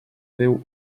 déu